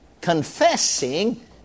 confessing